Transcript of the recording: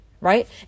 right